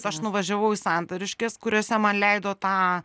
aš nuvažiavau į santariškes kuriose man leido tą